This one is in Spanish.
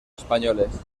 españoles